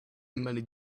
many